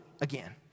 again